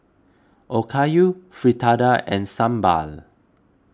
Okayu Fritada and Sambar